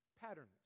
Patterns